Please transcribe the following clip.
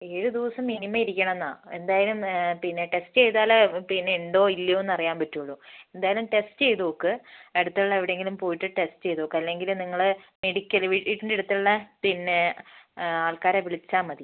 ഏഴ് ദിവസം മിനിമം ഇരിക്കണം എന്നാണ് എന്തായാലും പിന്നെ ടെസ്റ്റ് ചെയ്താലാ പിന്നെ ഉണ്ടോ ഇല്ലയോ എന്ന് അറിയാൻ പറ്റുകയുള്ളു എന്തായാലും ടെസ്റ്റ് ചെയ്ത് നോക്ക് അടുത്തുള്ള എവിടെയെങ്കിലും പോയിട്ട് ടെസ്റ്റ് ചെയ്ത് നോക്ക് അല്ലെങ്കിൽ നിങ്ങൾ മെഡിക്കൽ വീട്ടിൻ്റടുത്തുള്ള പിന്നെ ആൾക്കാരെ വിളിച്ചാൽ മതി